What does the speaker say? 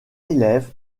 élève